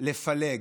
לפלג.